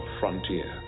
frontier